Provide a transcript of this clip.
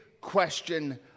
question